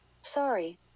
Sorry